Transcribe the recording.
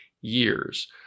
years